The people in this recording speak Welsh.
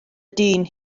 dyn